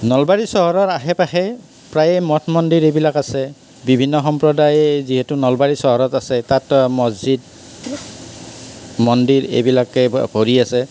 নলবাৰী চহৰৰ আশে পাশে প্ৰায় মথ মন্দিৰ এইবিলাক আছে বিভিন্ন সম্প্ৰদায় যিহেতু নলবাৰী চহৰত আছে তাত মহজিদ মন্দিৰ এইবিলাকে ভ ভৰি আছে